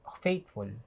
faithful